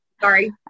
Sorry